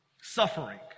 Suffering